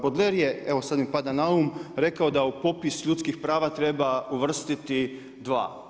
Baudelaire je evo sad mi pada na um rekao da u popis ljudskih prava treba uvrstiti dva.